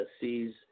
sees